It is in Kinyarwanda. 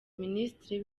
minisitiri